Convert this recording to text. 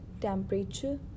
temperature